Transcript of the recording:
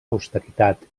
austeritat